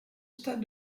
stade